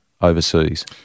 overseas